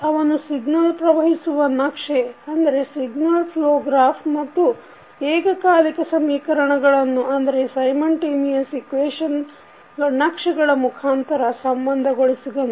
ಅವನು ಸಿಗ್ನಲ್ ಪ್ರವಹಿಸುವ ನಕ್ಷೆ ಮತ್ತು ಏಕಕಾಲಿಕ ಸಮೀಕರಣಗಳನ್ನು ನಕ್ಷೆಗಳ ಮುಖಾಂತರ ಸಂಬಂಧಗೊಳಿಸಿದನು